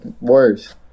worse